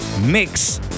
mix